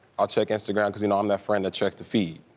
i'll check instagram cause you know, i'm that friend that checks the feed,